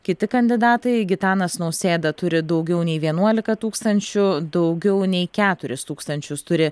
kiti kandidatai gitanas nausėda turi daugiau nei vienuolika tūkstančių daugiau nei keturis tūkstančius turi